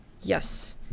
yes